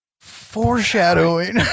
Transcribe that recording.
foreshadowing